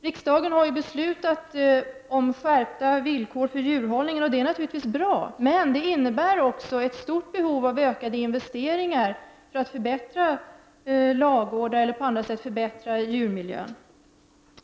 Riksdagen har beslutat om skärpta villkor för djurhållningen, och det är naturligtvis bra. Men det medför också ett stort behov av ökade investeringar för att förbättra ladugårdar och djurmiljö.